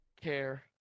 care